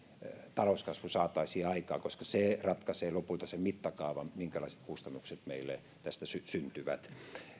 talouskasvu saataisiin aikaan koska se ratkaisee lopulta sen mittakaavan minkälaiset kustannukset meille tästä syntyvät